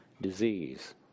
disease